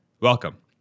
Welcome